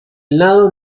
lado